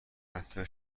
حتی